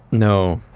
no.